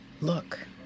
look